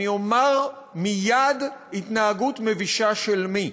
אני אומר מייד התנהגות מבישה של מי: